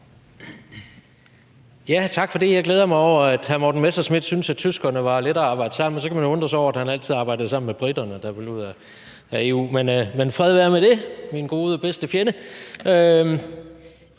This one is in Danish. Tak for det. Jeg glæder mig over, at hr. Morten Messerschmidt synes, at tyskerne var lettere at arbejde sammen med. Så kan man jo undre sig over, at han altid arbejdede sammen med briterne, der ville ud af EU. Men fred være med det. Min gode, bedste fjende.